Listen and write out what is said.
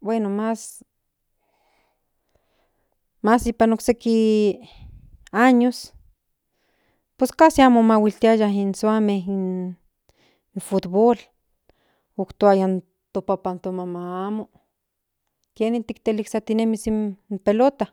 bueno in niños mas nipa okseki años pues casi amo mahuiltiaya in suame in futbol otkatka in to papan i no maman amo kienin tlazektintmis in pelota.